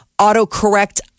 autocorrect